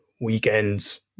weekends